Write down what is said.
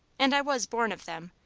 and i was born of them,